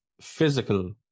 physical